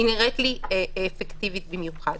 בוקר טוב, אני מתכבד לפתוח את הישיבה.